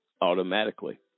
automatically